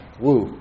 woo